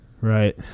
Right